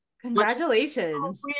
Congratulations